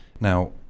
Now